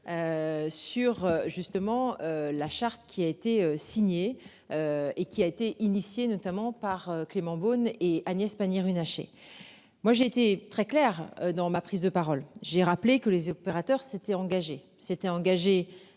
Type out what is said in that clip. Sur justement la charte qui a été signé. Et qui a été initiée notamment par Clément Beaune et Agnès Pannier-Runacher. Moi j'ai été très clair dans ma prise de parole, j'ai rappelé que les opérateurs s'étaient engagés s'était engagé